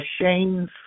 Shane's